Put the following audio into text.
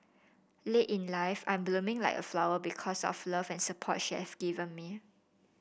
late in life I am blooming like a flower because of the love and support she have given me